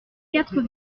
quatre